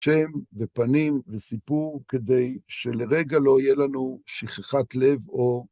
שם ופנים וסיפור כדי שלרגע לא יהיה לנו שכחת לב או...